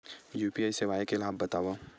UPI सेवाएं के लाभ बतावव?